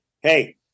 hey